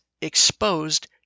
exposed